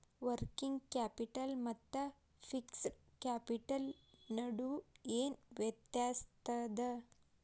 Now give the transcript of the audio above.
Working capital ಮತ್ತ fixed capital ನಡು ಏನ್ ವ್ಯತ್ತ್ಯಾಸದ?